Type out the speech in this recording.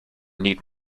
neat